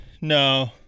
No